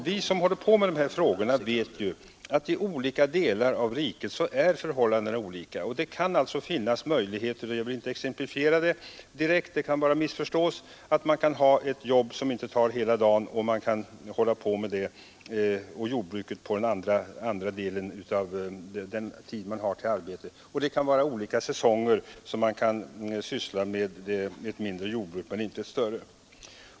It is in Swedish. Vi som håller på med dessa frågor vet att i olika delar av riket är förhållandena olika. Det är möjligt — jag vill inte exemplifiera det direkt, det kan bara missförstås — att ha ett jobb som inte tar hela dagen och ägna sig åt jordbruket under övrig del av sin tid. Det kan också vara så att man under olika säsonger kan syssla med ett mindre jordbruk men inte med ett större.